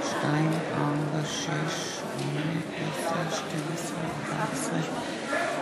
גזר דין עונש מוות למורשע ברצח בנסיבות טרור),